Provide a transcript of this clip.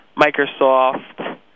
Microsoft